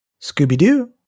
Scooby-Doo